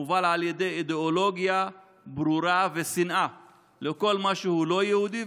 מובל על ידי אידיאולוגיה ברורה ושנאה לכל מה שהוא לא יהודי,